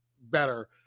better